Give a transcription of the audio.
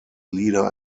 leader